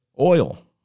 Oil